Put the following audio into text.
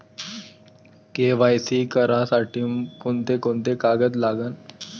KYC करासाठी कोंते कोंते कागद लागन?